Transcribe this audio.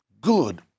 good